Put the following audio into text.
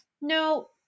no